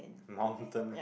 mountain